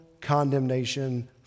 condemnation